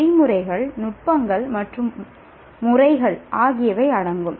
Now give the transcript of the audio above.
வழிமுறைகள் நுட்பங்கள் மற்றும் முறைகள் ஆகியவை அடங்கும்